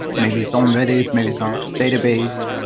maybe it's on redis, maybe it's on database.